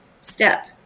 step